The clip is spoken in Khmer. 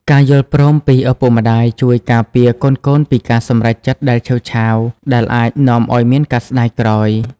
ការយល់ព្រមពីឪពុកម្ដាយជួយការពារកូនៗពីការសម្រេចចិត្តដែលឆេវឆាវ ដែលអាចនាំឱ្យមានការស្ដាយក្រោយ។